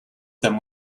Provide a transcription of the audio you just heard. them